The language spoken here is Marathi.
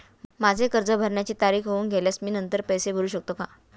माझे कर्ज भरण्याची तारीख होऊन गेल्यास मी नंतर पैसे भरू शकतो का?